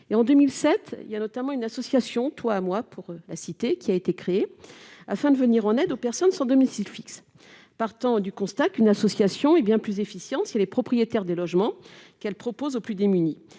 En 2007, l'association Toit à moi a été créée, afin de venir en aide aux personnes sans domicile fixe. Partant du constat qu'une association est bien plus efficiente si elle est propriétaire des logements qu'elle propose aux plus démunis,